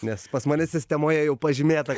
nes pas mane sistemoje jau pažymėta